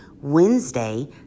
Wednesday